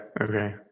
Okay